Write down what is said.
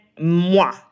moi